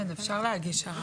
כן, אפשר להגיש ערר.